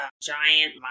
giant